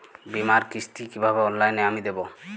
বীমার কিস্তি কিভাবে অনলাইনে আমি দেবো?